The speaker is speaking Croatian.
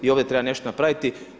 I ovdje treba nešto napraviti.